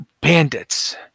bandits